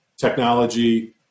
technology